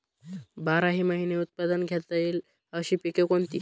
बाराही महिने उत्पादन घेता येईल अशी पिके कोणती?